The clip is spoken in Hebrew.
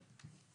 בקהילה